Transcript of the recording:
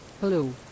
Hello